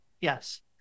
Yes